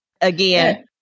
again